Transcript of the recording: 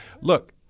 Look